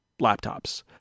laptops